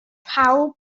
pawb